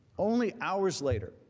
only hours later.